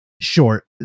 short